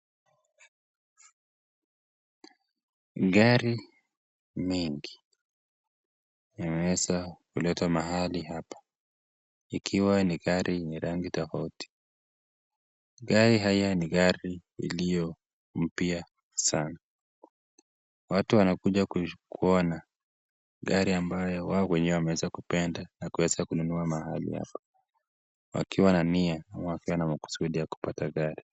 Magari mengi yameweza kuletwa mahali hapa. Ikiwa ni gari yenye rangi tofauti. Gari hizi ni gari zilizo mpya sana. Watu wanakuja kuona gari ambayo wao wenyewe wameweza kupenda na kuweza kununua mahali hapa. Wakiwa na nia na wakiwa na makusudi ya kupata gari.